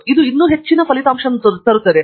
ಆದರೆ ಇದು ಇನ್ನೂ ಹೆಚ್ಚಿನ ಕೆಲಸವನ್ನು ಮಾಡುತ್ತದೆ